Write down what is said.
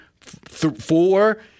four